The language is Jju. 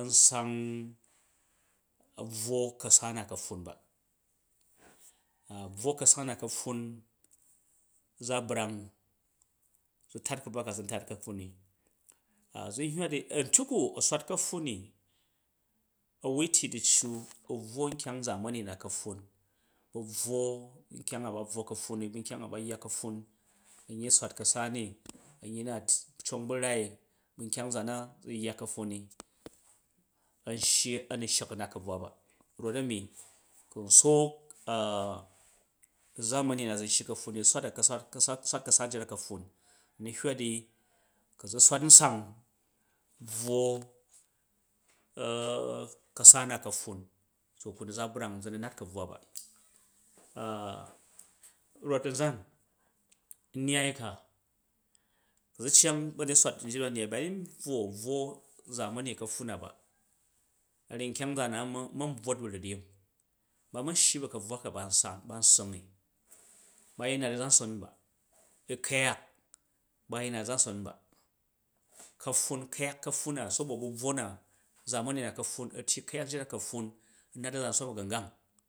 a̱n sang bvwo ka̱sa na ka̱pffun ba bvwo ka̱sa na ka̱pffun za brang zu tat ka̱bvwa ka zu ntat ka̱pffun ni, zun hywa di a̱ntyok u a̱ swat ka̱pffun ni a̱ wui tyyi du̱ccu a̱ bvwo nkyang zamani na ka̱pffun a̱ bvwo nkyang a ba bvwo ka̱pffun ni bu nkyang a ba yya ka̱pffun nyyi swatka̱sa ni nyyi na cong ba̱ rai bu̱ nkyang nzaan na zu yya ka̱pffun ni an shyi a̱ nu shek a̱ nat ka̱bvwa ba rot a̱mi kun sook uzamani na zu nshyi ka̱pffun ni swat da z ka̱sa swat swat ka̱sa njit da ka̱pffun, zeni hywa di ku zu swat nsang bvwo au ka̱sa na ka̱pffun to ku nu za brang za nu nat ka̱bvwa ba rot a̱nzan, nnyai ka ku zu̱ iyang ba̱nyet swat njit ba nnyai ba yin bvwo bvwo zamani ka̱pffub na ba a ryyi nkyang nzaan na n ma̱n bvwot ba̱ ruryim ba mom syi bu̱ ka̱bvwa ka ba̱n sang, ban ssong i ba̱ yin nat a̱za̱mson ba u̱ku̱jak ba yin nat a̱za̱nson ba, ka̱pffun ku̱yak ka̱pffun na sabo bu̱ bvwo na zamani na ka̱pffun a tyyi ku̱yak njit da ka̱pffun nat a̱zənson ba̱gungang